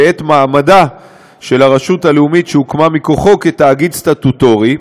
ואת מעמדה של הרשות הלאומית שהוקמה מכוחו כתאגיד סטטוטורי,